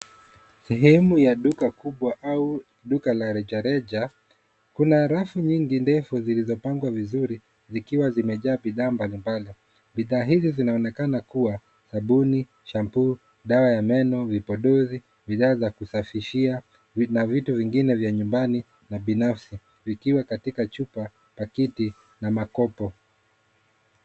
Sehemu ya duka kubwa au duka la rejareja, kuna rafu nyingi ndefu zilizopangwa vizuri zikiwa zimejaa bidhaa mbalimbali. Bidhaa hizi zinaonekana kuwa sabuni, shampoo dawa ya meno, vipodozi bidhaa za kusafishia na vitu vingine vya nyumbani na binafsi. Vikiwa katika chupa, pakiti na makopo.